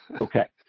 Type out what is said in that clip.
Okay